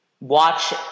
watch